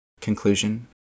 Conclusion